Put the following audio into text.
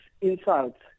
insults